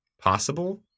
Possible